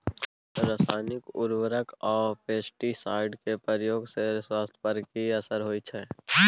रसायनिक उर्वरक आ पेस्टिसाइड के प्रयोग से स्वास्थ्य पर कि असर होए छै?